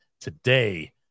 today